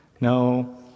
No